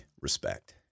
respect